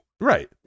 Right